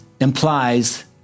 implies